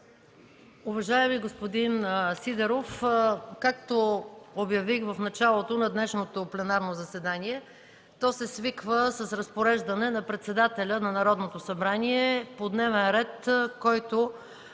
Уважаеми господин Сидеров, както обявих в началото на днешното пленарно заседание, то се свиква с разпореждане на председателя на Народното събрание по дневен ред, който